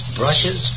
brushes